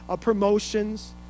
promotions